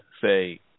say